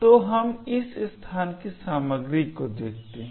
तो हम इस स्थान की सामग्री को देखते हैं